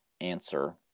answer